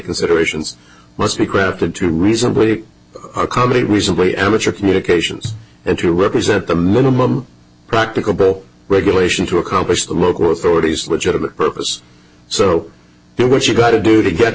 considerations must be crafted to reasonably accommodate reasonably amateur communications and to represent the minimum practical regulation to accomplish the local authorities legitimate purposes so do what you gotta do to get